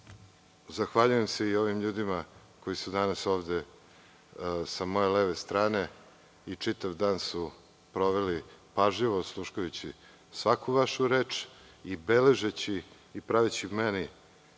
Zahvaljujem se i ovim ljudima koji su danas ovde sa moje leve strane, i čitav danas su proveli pažljivo osluškujući svaku vašu reč i beležeći i praveći meni